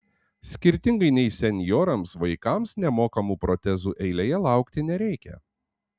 skirtingai nei senjorams vaikams nemokamų protezų eilėje laukti nereikia